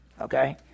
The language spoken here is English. okay